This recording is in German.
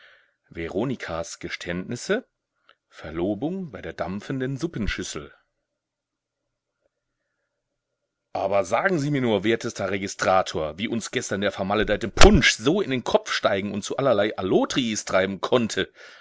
veronikas geständnisse verlobung bei der dampfenden suppenschüssel aber sagen sie mir nur wertester registrator wie uns gestern der vermaledeite punsch so in den kopf steigen und zu allerlei allotriis treiben konnte